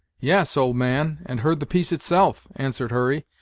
yes, old man, and heard the piece itself, answered hurry,